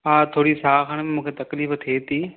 हा थोरी साह खणण में मूंखे तकलीफ़ थिए थी